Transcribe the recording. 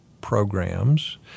programs